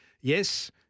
Yes